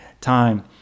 time